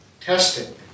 Testing